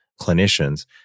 clinicians